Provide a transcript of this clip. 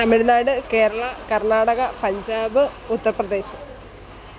Tamil Nadu Kerala Karnataka Punjab Uttar Pradesh